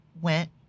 went